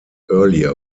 earlier